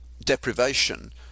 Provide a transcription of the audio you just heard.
deprivation